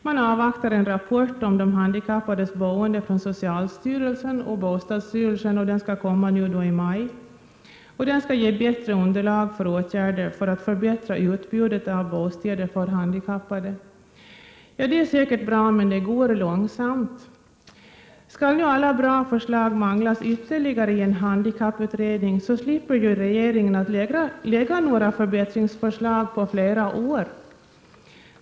Man avvaktar en rapport om de handikappades boende från socialstyrelsen och bostadsstyrelsen som skall komma nu i maj och som skall ge bättre underlag för åtgärder för att förbättra utbudet av bostäder för handikappade. Det är säkert bra, men det går långsamt. Skall nu alla bra förslag manglas ytterligare i en handikapputredning, så slipper ju regeringen att lägga fram några förbättringsförslag på flera år.